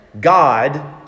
God